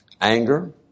anger